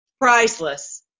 priceless